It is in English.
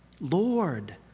Lord